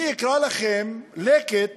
אני אקרא לכם לקט